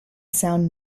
sound